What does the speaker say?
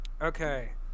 Okay